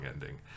ending